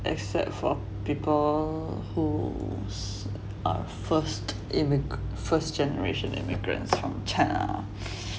except for people who are first immi~ first generation immigrants from china